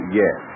yes